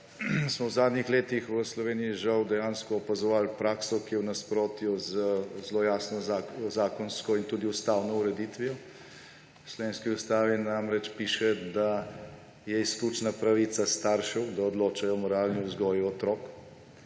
smo v zadnjih letih v Sloveniji, žal, dejansko opazovali prakso, ki je v nasprotju z zelo jasno zakonsko in tudi ustavno ureditvijo. V slovenski ustavi namreč piše, da je izključna pravice staršev, da odločajo o moralni vzgoji otrok.